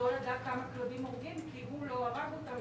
לא ידע כמה כלבים הורגים כי הוא לא הרג אותם,